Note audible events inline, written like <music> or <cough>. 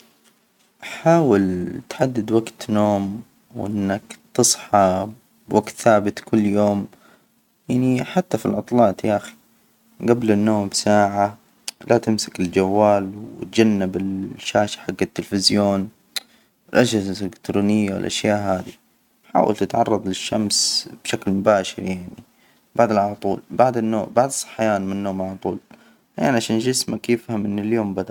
حاول تحدد وجت نوم، وإنك تصحى بوجت ثابت كل يوم، يعني حتى في العطلات، يا أخي جبل النوم بساعة <hesitation> لا تمسك الجوال وتجنب الشاشة حج التلفزيون. الأجهزة الإلكترونية والأشياء هذى حاول تتعرض للشمس بشكل مباشر يعني بدرى على طول بعد النوم، بعد الصحيان من النوم على طول يعني عشان جسمك يفهم إن اليوم بدأ.